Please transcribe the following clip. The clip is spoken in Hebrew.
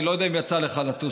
אני לא יודע אם יצא לך לטוס,